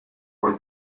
por